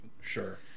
Sure